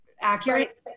accurate